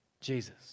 Jesus